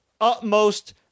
utmost